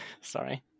sorry